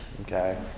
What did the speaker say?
okay